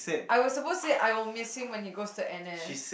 I was supposed to say I will miss him when he goes to n_s